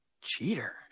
Cheater